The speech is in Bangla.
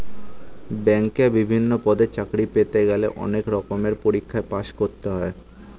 ব্যাংকে বিভিন্ন পদে চাকরি পেতে গেলে অনেক রকমের পরীক্ষায় পাশ করতে হয়